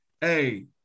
Hey